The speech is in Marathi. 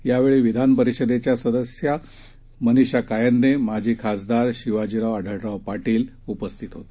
यावेळीविधानपरिषदेच्यासदस्यमनीषाकायंदे माजीखासदारशिवाजीरावआढळराव पाटीलउपस्थितहोते